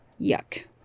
Yuck